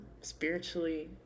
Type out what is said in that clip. spiritually